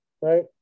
Right